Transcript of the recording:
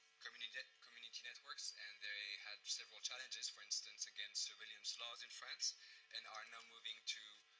community community networks, and they had several challenges, for instance, against civilian laws in france and are now moving to